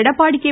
Edappadi K